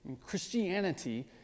Christianity